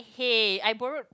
hey I borrowed